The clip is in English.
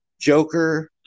Joker